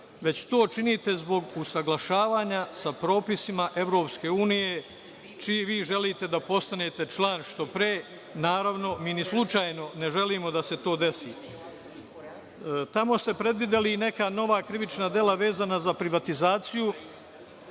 već to činite zbog usaglašavanja sa propisima Evropske unije, čiji vi želite da postanete član što pre. Naravno, mi ni slučajno ne želimo da se to desi. Tamo ste predvideli i neka nova krivična dela vezana za privatizaciju.